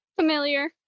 familiar